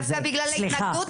דווקא בגלל ההתנגדות,